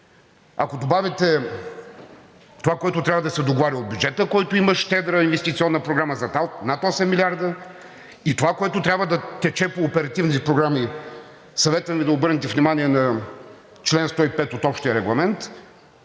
Ако добавите това, което трябва да се договаря от бюджета, който има щедра инвестиционна програма за над 8 милиарда, и това, което трябва да тече по оперативните програми, съветвам Ви да обърнете внимание на чл. 105 от общия регламент,